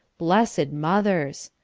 blessed mothers!